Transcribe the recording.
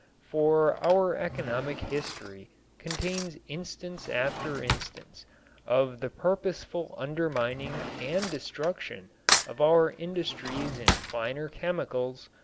for our economic history contains instance after instance of the purposeful undermining and destruction of our industries in finer chemicals,